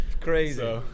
crazy